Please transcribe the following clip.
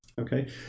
Okay